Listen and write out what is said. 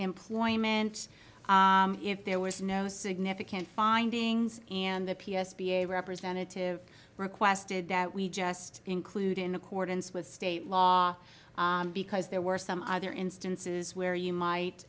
employment if there was no significant findings and the p s p a representative requested that we just include in accordance with state law because there were some other instances where you might